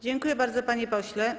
Dziękuję bardzo, panie pośle.